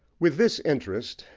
with this interest,